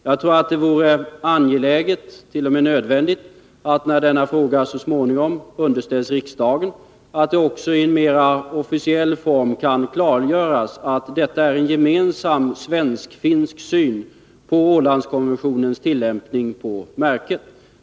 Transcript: Jag tror att det vore angeläget, t.o.m. nödvändigt, att det när denna fråga så småningom underställs riksdagen också i mer officiell form kunde klargöras att detta är en gemensam svensk-finsk syn på Ålandskonventionens tillämpning på Märket.